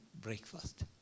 breakfast